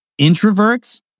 introverts